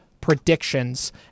predictions